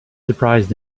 surprised